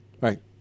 Right